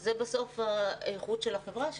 זה בסוף האיכות של החברה שלנו,